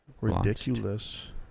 Ridiculous